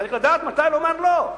צריך לדעת מתי לומר לא,